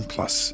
Plus